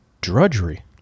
drudgery